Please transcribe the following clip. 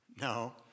No